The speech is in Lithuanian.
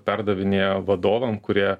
perdavinėjo vadovam kurie